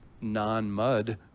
non-mud